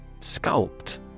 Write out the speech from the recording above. Sculpt